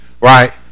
right